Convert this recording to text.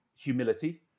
Humility